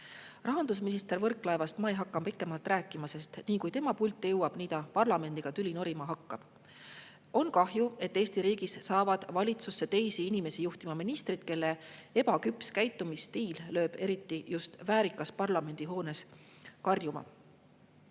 Rahandusminister Võrklaevast ma ei hakka pikemalt rääkima, sest nii kui tema pulti jõuab, nii ta parlamendiga tüli norima hakkab. On kahju, et Eesti riigis saavad valitsusse teisi inimesi juhtima ministrid, kelle ebaküps käitumisstiil lööb eriti just väärikas parlamendihoones karjuma.